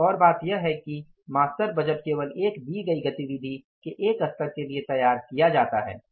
एक और बात यह है कि मास्टर बजट केवल एक दी गई गतिविधि के एक स्तर के लिए तैयार किया जाता है